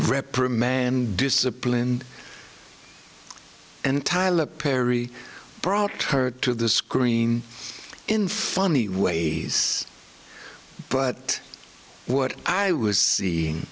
reprimand discipline and tyler perry brought her to the screen in funny ways but what i was seeing